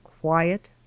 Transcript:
quiet